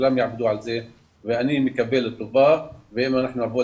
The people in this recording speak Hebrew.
כולם יעבדו על זה ואני מקווה לטובה ואם אנחנו נעבוד